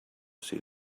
see